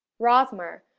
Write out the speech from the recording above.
rosmer.